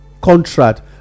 contract